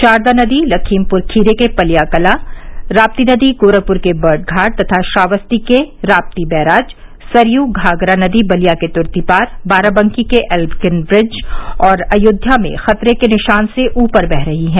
शारदा नदी लखीमपुर खीरी के पलियाकलां राप्ती नदी गोरखपुर के बर्डघाट तथा श्रावस्ती के राप्ती बैराज सरयू घाघरा नदी बलिया के तुर्तीपार बाराबंकी के एल्गिन ब्रिज और अयोध्या में खतरे के निशान से ऊपर बह रही हैं